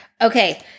Okay